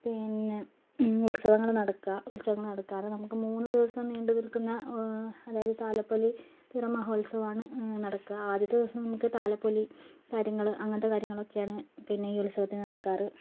പിന്നെ ഉത്സവങ്ങൾ നടക്കുക ഉത്സവങ്ങളും നടക്കാർ നമുക്ക് മൂന്ന് ദിവസം നീണ്ടുനിൽക്കുന്ന അതായത് താലപ്പൊലി തിറ മഹോത്സവമാണ് നടക്കുക ആദ്യത്തെ ദിവസം താലപ്പൊലി കാര്യങ്ങൾ അങ്ങനത്തെ കാര്യങ്ങളൊക്കെയാണ് പിന്നെ ഈ ഉത്സവത്തിന് നടക്കാറ്